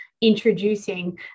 introducing